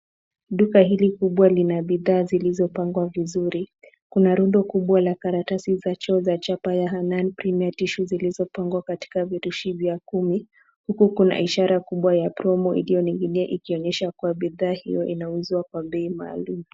Duka hili kubwa lina bidhaa zilizopangwa vizuri. Kuna rundo kubwa la karatasi za choo za chapa ya Hanaan premier tissue zilizopangwa katika vifurushi vya kumi, huku kuna ishara kubwa ya promo iliyoning'inia ikionyesha kuwa bidhaa hiyo inauzwa kwa bei maalum.